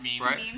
Right